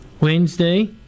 Wednesday